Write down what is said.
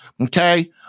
Okay